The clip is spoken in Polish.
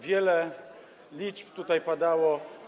Wiele liczb tutaj padało.